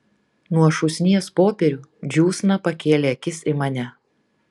nuo šūsnies popierių džiūsna pakėlė akis į mane